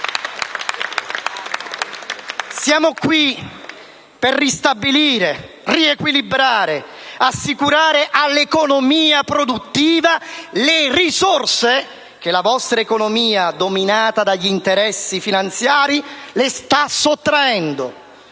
Siamo qui per ristabilire, riequilibrare e assicurare all'economia produttiva le risorse che la vostra economia, dominata dagli interessi finanziari, le sta sottraendo.